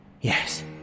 Yes